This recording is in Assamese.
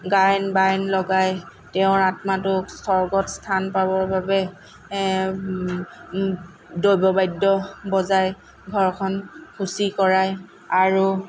গায়ন বায়ন লগাই তেওঁৰ আত্মাটোক স্বৰ্গত স্থান পাবৰ বাবে দৈৱবাদ্য বজাই ঘৰখন শুচি কৰাই আৰু